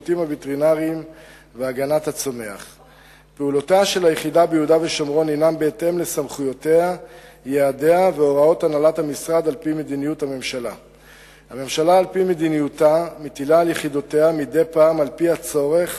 1. אם הפקחים נצרכים לפעילות המשרד, כיצד הושאלו